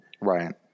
right